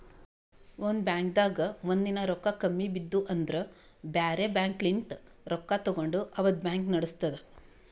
ಒಂದ್ ಬಾಂಕ್ದಾಗ್ ಒಂದಿನಾ ರೊಕ್ಕಾ ಕಮ್ಮಿ ಬಿದ್ದು ಅಂದ್ರ ಬ್ಯಾರೆ ಬ್ಯಾಂಕ್ಲಿನ್ತ್ ರೊಕ್ಕಾ ತಗೊಂಡ್ ಅವತ್ತ್ ಬ್ಯಾಂಕ್ ನಡಸ್ತದ್